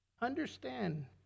understand